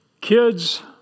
Kids